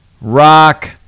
rock